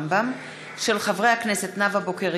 בהצעת חברי הכנסת נאוה בוקר,